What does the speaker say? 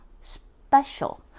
special